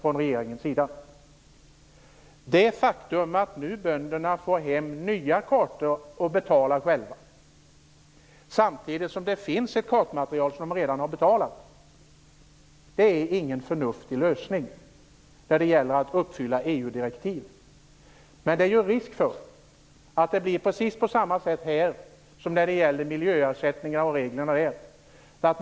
Bönderna får nu hem nya kartor att betala själva samtidigt som det finns ett kartmaterial som de redan har betalat. Det är ingen förnuftig lösning när det gäller att uppfylla EU Det är risk för att det blir på precis samma sätt här som när det gäller reglerna för miljöersättningar.